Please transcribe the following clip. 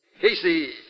Casey